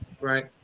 right